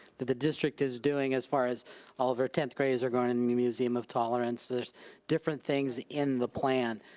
that the district is doing as far as all of our tenth graders are going to the museum of tolerance. there's different things in the plan.